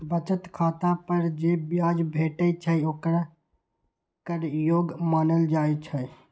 बचत खाता पर जे ब्याज भेटै छै, ओकरा कर योग्य मानल जाइ छै